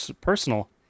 Personal